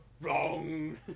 wrong